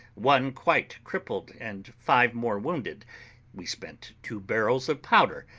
one quite crippled, and five more wounded we spent two barrels of powder,